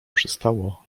przystało